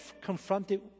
confronted